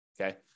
Okay